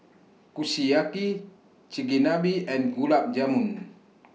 Kushiyaki Chigenabe and Gulab Jamun